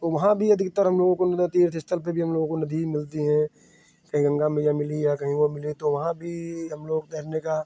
तो वहाँ भी अधिकतर हम लोगों को अपना तीर्थ स्थल पर हम लोगों को नदी ही मिलती हैं गंगा मइया मिली या यमुना मिली तो वहाँ भी हम लोग हम लोग का